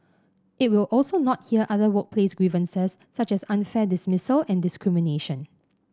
it will also not hear other workplace grievances such as unfair dismissal and discrimination